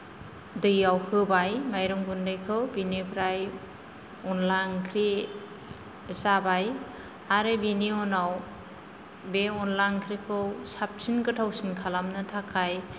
दैयाव होबाय माइरं गुन्दैखौ बेनिफ्राय अनद्ला ओंख्रि जाबाय आरो बेनि उनाव बे अनद्ला ओंख्रिखौ साबसिन गोथावसिन खालामनो थाखाय